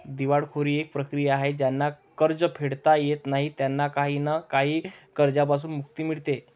दिवाळखोरी एक प्रक्रिया आहे ज्यांना कर्ज फेडता येत नाही त्यांना काही ना काही कर्जांपासून मुक्ती मिडते